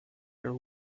your